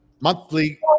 Monthly